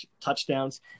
touchdowns